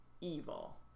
evil